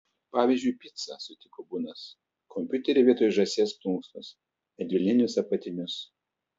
pavyzdžiui picą sutiko bunas kompiuterį vietoj žąsies plunksnos medvilninius apatinius